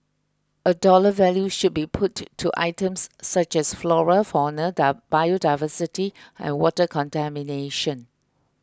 a dollar value should be put to items such as flora fauna biodiversity and water contamination